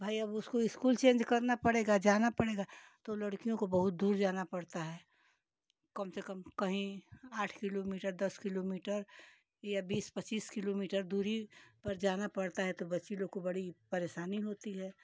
भाई अब उसको इस्कूल चेंज करना पड़ेगा जाना पड़ेगा तो लड़कियों को बहुत दूर जाना पड़ता है कम से कम कहीं आठ किलोमीटर दस किलोमीटर या बीस पच्चीस किलोमीटर दूरी पर जाना पड़ता है तो बच्ची लोग को बड़ी परेशानी होती है